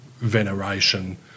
veneration